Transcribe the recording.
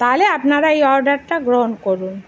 তাহলে আপনারা এই অর্ডারটা গ্রহণ করুন